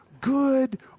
good